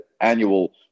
annual